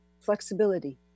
Flexibility